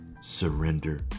surrender